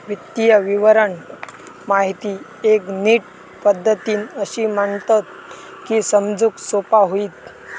वित्तीय विवरण माहिती एक नीट पद्धतीन अशी मांडतत की समजूक सोपा होईत